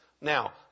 Now